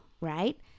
right